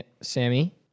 Sammy